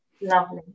Lovely